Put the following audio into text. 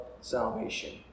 salvation